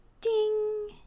Ding